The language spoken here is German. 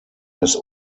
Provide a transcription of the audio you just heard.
das